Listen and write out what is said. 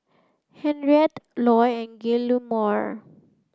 Henriette Loy and Guillermo